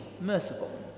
Merciful